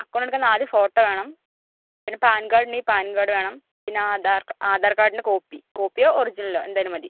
account എടുക്കാൻ നാല് photo വേണം പിന്ന പാൻകാർഡ് ഉണ്ട് പാൻകാർഡ് വേണം പിന്ന ആധാർ ആധാർ കാർഡിൻ്റ കോപ്പി കോപ്പിയോ ഒറിജിനലോ എന്തായാലും മതി